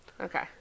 Okay